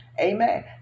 Amen